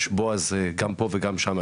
יש בועז גם פה וגם שם.